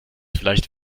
vielleicht